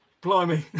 blimey